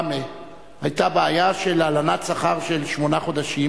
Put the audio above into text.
בראמה היתה בעיה של הלנת שכר של שמונה חודשים,